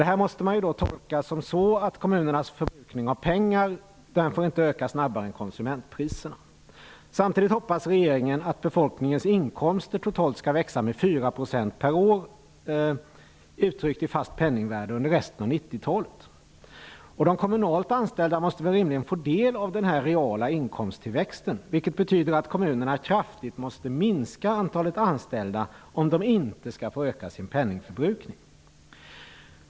Det här måste man tolka så att kommunernas förbrukning av pengar inte får öka snabbare än konsumentpriserna. Samtidigt hoppas regeringen att befolkningens inkomster totalt skall växa med 4 % per år, uttryckt i fast penningvärde, under resten av 90-talet. De kommunalt anställda måste rimligen få del av den här reala inkomsttillväxten, vilket betyder att kommunerna kraftigt måste minska antalet anställda om de inte skall öka sin penningförbrukning.